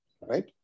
right